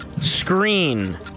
Screen